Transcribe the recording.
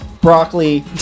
broccoli